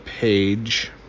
page